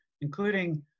including